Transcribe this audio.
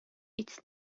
its